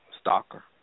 Stalker